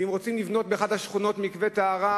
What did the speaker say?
ואם רוצים לבנות באחת השכונות מקווה טהרה,